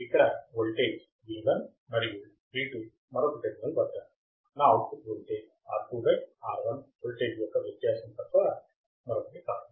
ఇక్కడ voltage v1 మరియు v2 మరొక టెర్మినల్ వద్ద నా output voltage R2 R1 voltage యొక్క వ్యత్యాసం తప్ప మరొకటి కాదు